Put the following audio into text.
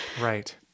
Right